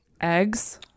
eggs